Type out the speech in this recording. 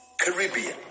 Caribbean